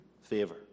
favor